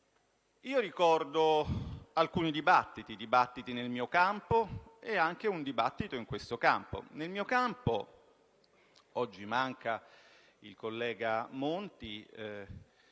io ricordo alcuni dibattiti nel mio campo e anche un dibattito in questo campo. Nel mio campo (oggi manca il collega Monti),